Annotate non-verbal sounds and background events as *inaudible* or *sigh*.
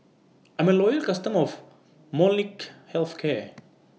I'm A Loyal customer of Molnylcke Health Care *noise*